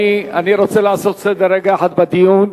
אני רוצה לעשות סדר רגע אחד בדיון.